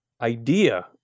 idea